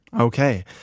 Okay